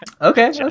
Okay